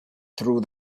through